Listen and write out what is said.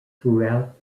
throughout